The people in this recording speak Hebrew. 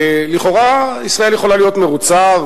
לכאורה ישראל יכולה להיות מרוצה,